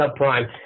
subprime